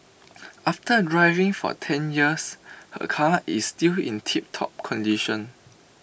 after driving for ten years her car is still in tiptop condition